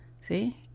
See